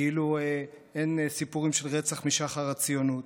כאילו אין סיפורים של רצח משחר הציונות.